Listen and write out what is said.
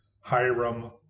Hiram